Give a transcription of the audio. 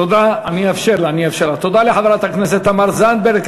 תודה לחברת הכנסת תמר זנדברג.